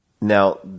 now